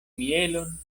mielon